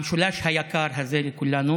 המשולש הזה, היקר לכולנו,